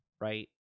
right